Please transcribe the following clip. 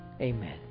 Amen